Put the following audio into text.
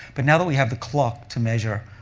but now that we have the clock to measure,